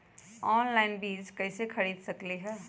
Online बीज कईसे खरीद सकली ह?